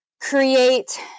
create